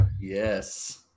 yes